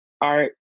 art